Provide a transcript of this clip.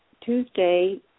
Tuesday